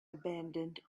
abandoned